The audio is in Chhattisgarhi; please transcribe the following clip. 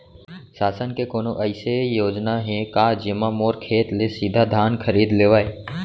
शासन के कोनो अइसे योजना हे का, जेमा मोर खेत ले सीधा धान खरीद लेवय?